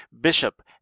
Bishop